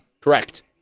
Correct